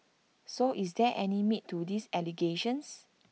so is there any meat to these allegations